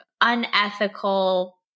unethical